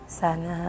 sana